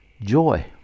Joy